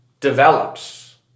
develops